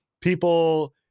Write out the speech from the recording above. people